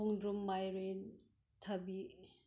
ꯈꯣꯡꯗ꯭ꯔꯨꯝ ꯃꯥꯏꯔꯦꯟ ꯊꯕꯤ